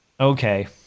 Okay